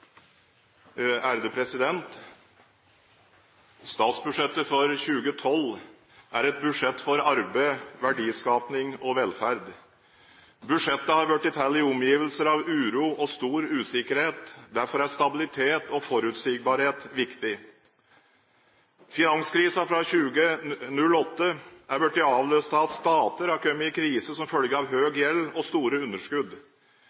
reglementsmessig måte. Statsbudsjettet for 2012 er et budsjett for arbeid, verdiskaping og velferd. Budsjettet er blitt til i omgivelser av uro og stor usikkerhet. Derfor er stabilitet og forutsigbarhet viktig. Finanskrisen fra 2008 er blitt avløst av at stater har kommet i krise som følge av høy gjeld og store underskudd.